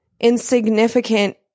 insignificant